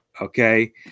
okay